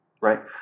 right